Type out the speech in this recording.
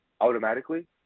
automatically